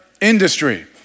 industry